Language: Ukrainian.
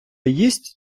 їсть